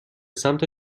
سمت